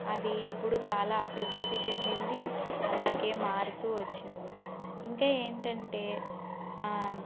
అది ఇప్పుడు చాలా అభివృద్ధి చెందింది అలాగే మారుతూ వచ్చింది ఇంకా ఏంటంటే